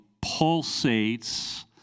pulsates